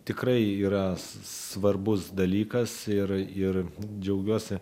tikrai yra svarbus dalykas ir ir džiaugiuosi